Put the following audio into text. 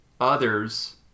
others